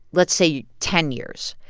let's say, ten years,